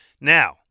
Now